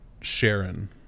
Sharon